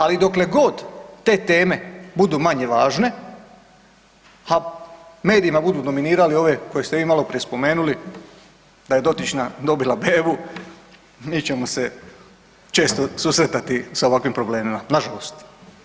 Ali dokle god te teme budu manje važne, ha medijima budu dominirali ove koje ste vi maloprije spomenuli da je dotična dobila bebu mi ćemo se često susretati sa ovakvim problemima, nažalost.